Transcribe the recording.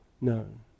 known